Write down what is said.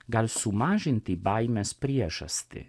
gali sumažinti baimės priežastį